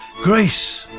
grace!